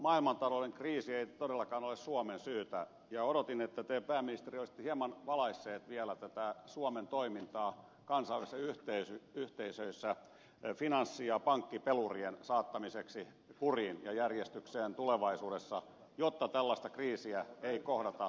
maailmantalouden kriisi ei todellakaan ole suomen syytä ja odotin että te pääministeri olisitte hieman valaissut vielä suomen toimintaa kansainvälisissä yhteisöissä finanssi ja pankkipelurien saattamiseksi kuriin ja järjestykseen tulevaisuudessa jotta tällaista kriisiä ei kohdata uudelleen